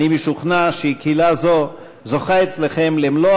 אני משוכנע שקהילה זו זוכה אצלכם למלוא